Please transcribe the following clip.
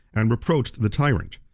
and reproached the tyrant.